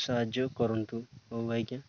ସାହାଯ୍ୟ କରନ୍ତୁ ହଉ ଆଜ୍ଞା